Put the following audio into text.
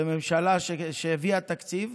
בממשלה שהביאה תקציב,